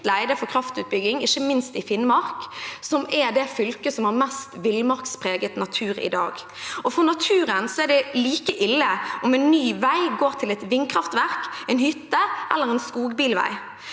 leide for kraftutbygging, ikke minst i Finnmark, som er det fylket som har mest villmarkspreget natur i dag. For naturen er det like ille om en ny vei går til et vindkraftverk, en hytte eller en skogsbilvei.